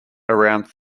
around